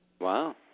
Wow